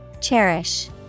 Cherish